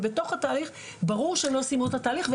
ובתוך התהליך ברור שהן לא סיימו את התהליך,